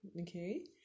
okay